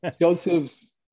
Joseph's